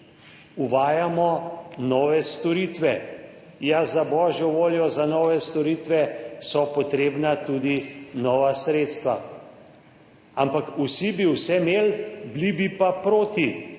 Uvajamo nove storitve. Ja, za božjo voljo, za nove storitve so potrebna tudi nova sredstva, ampak vsi bi vse imeli, bili bi pa proti